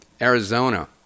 Arizona